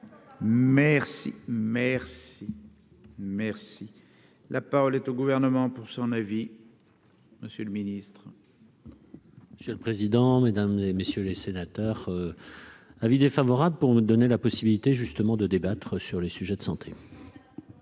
Merci, merci, merci, la parole est au gouvernement pour son avis, monsieur le Ministre. Monsieur le président, Mesdames et messieurs les sénateurs, avis défavorable pour me donner la possibilité, justement, de débattre sur les sujets de santé.